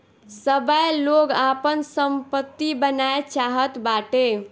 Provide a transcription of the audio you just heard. सबै लोग आपन सम्पत्ति बनाए चाहत बाटे